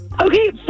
Okay